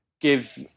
give